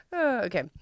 okay